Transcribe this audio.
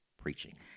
preaching